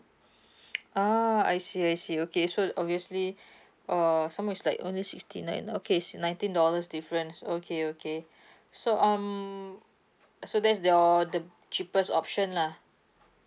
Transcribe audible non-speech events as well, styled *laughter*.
*noise* uh I see I see okay so obviously *breath* uh some more is like only sixty nine okay is nineteen dollars difference so okay okay *breath* so um so that's your the cheapest option lah